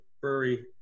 Brewery